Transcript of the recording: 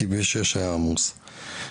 כי כביש 6 היה עמוס במרכז,